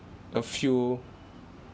a few